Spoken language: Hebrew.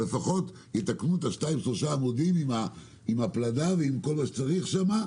אז לפחות יתקנו את השניים-שלושה עמודים עם פלדה ועם כל מה שצריך שם,